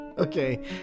Okay